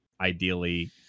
ideally